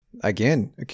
again